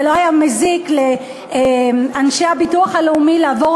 לא היה מזיק לאנשי הביטוח הלאומי לעבור